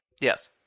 Yes